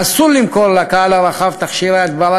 אסור למכור לקהל הרחב תכשירי הדברה